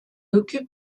occupe